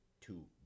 two